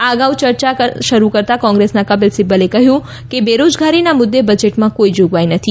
આ અગાઉ ચર્ચા શરૂ કરતાં કોંગ્રેસના કપિલ સિબ્બલે કહ્યું કે બેરોજગારીના મુદ્દે બજેટમાં કોઈ જોગવાઈ નથી